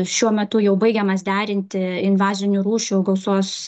šiuo metu jau baigiamas derinti invazinių rūšių gausos